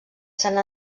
sant